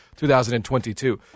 2022